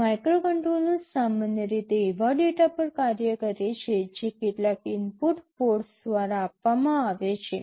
microcontrollers સામાન્ય રીતે એવા ડેટા પર કાર્ય કરે છે જે કેટલાક ઇનપુટ પોર્ટ્સ દ્વારા આપવામાં આવે છે